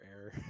error